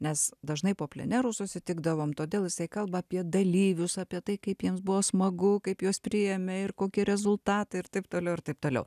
nes dažnai po plenerų susitikdavom todėl jisai kalba apie dalyvius apie tai kaip jiems buvo smagu kaip juos priėmė ir kokie rezultatai ir taip toliau ir taip toliau